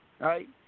right